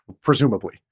presumably